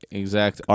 exact